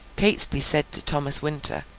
catesby said to thomas winter,